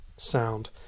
sound